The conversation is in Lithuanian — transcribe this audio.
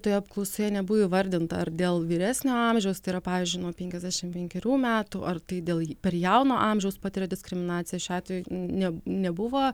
toje apklausoje nebuvo įvardinta ar dėl vyresnio amžiaus tai yra pavyzdžiui nuo penkiasdešimt penkerių metų ar tai dėl per jauno amžiaus patiria diskriminaciją šiuo atveju ne nebuvo